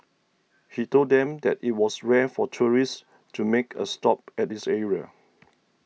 he told them that it was rare for tourists to make a stop at this area